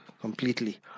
completely